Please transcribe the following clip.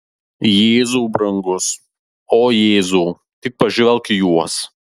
jėzau brangus o jėzau tik pažvelk į juos